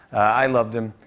i loved him.